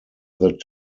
that